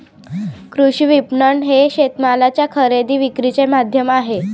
कृषी विपणन हे शेतमालाच्या खरेदी विक्रीचे माध्यम आहे